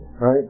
right